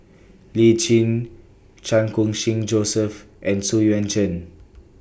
Lee Tjin Chan Khun Sing Joseph and Xu Yuan Zhen